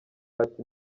ati